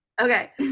Okay